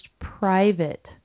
private